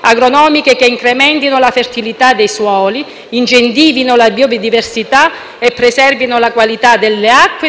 agronomiche che incrementino la fertilità dei suoli, incentivino la biodiversità e preservino la qualità delle acque e degli alimenti; soprattutto interventi che vadano verso la riduzione del consumo dei suoli